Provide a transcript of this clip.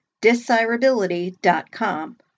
Desirability.com